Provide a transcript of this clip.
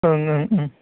ओं ओं